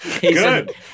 Good